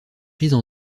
prises